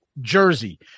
jersey